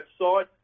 website